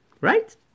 right